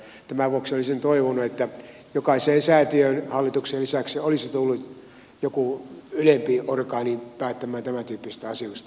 tämän vuoksi olisin toivonut että jokaiseen säätiöön hallituksen lisäksi olisi tullut joku ylempi orgaani päättämään tämäntyyppisistä asioista